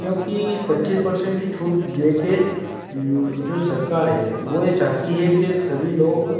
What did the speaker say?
क्योंकि पच्चीस परसेंट की छूट देकर जो सरकार है वो ये चाहती है कि सभी लोग